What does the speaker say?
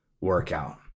workout